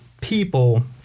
people